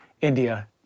India